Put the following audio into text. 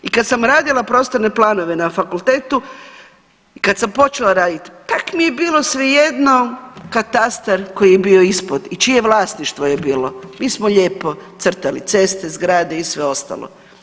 I kad sam radila prostorne planove na fakultetu, kad sam počela raditi tak mi je bilo svejedno katastar koji je bio ispod i čije vlasništvo je bilo, mi smo lijepo crtali ceste, zgrade i sve ostalo.